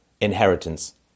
inheritance